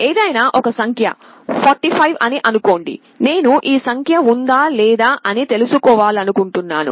ఏదయినా ఒక సంఖ్య 45 అని అనుకోండినేను ఈ సంఖ్య ఉందా లేదా అని తెలుసుకోవాలనుకుంటున్నాను